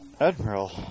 Admiral